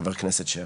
חבר הכנסת שפע.